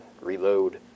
reload